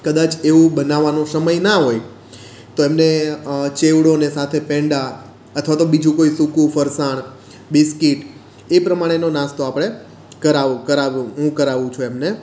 કદાચ એવું બનાવવાનું સમય ના હોય તો એમને ચેવડો અને સાથે પેંડા અથવા તો બીજું કોઈ સૂકું ફરસાણ બિસ્કિટ એ પ્રમાણેનો નાસ્તો આપણે કરા કરાવ હું કરાવું છું એમને